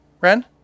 Ren